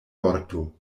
vorto